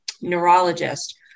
neurologist